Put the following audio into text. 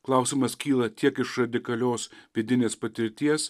klausimas kyla tiek iš radikalios vidinės patirties